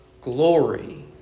glory